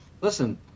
listen